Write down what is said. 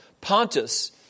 Pontus